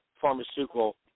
pharmaceutical